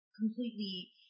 completely